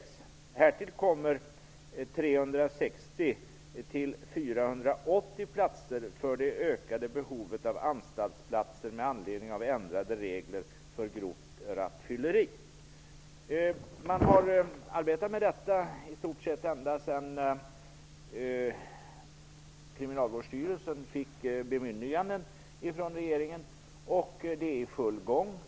Härtill kommer -- 360 till 480 platser för det ökade behovet av anstaltsplatser med anledning av ändrade regler för grovt rattfylleri.'' Man har arbetat med detta i stort sett sedan Kriminalvårdsstyrelsen fick ett bemyndigande från regeringen. Arbetet är i full gång.